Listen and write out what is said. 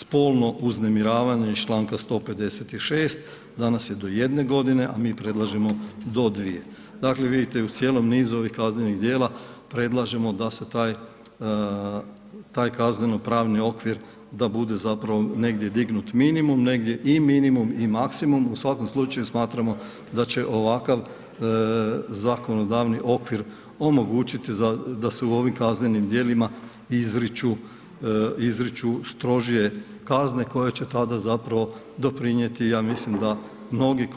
Spolno uznemiravanje iz čl. 156., danas je do 1 g. a mi predlažemo do 2. Dakle, vidite u cijelom nizu ovih kaznenih djela, predlažemo da se taj kazneno-pravni okvir, da bude zapravo negdje dignut minimum, negdje i minimum i maksimum, u svako slučaju smatramo da će ovakav zakonodavni okvir omogućiti da se u ovim kaznenim djelima izriču strožije kazne koje će tada zapravo doprinijeti, ja mislim da mnogi